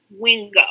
Wingo